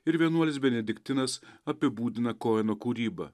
ir vienuolis benediktinas apibūdina koeno kūrybą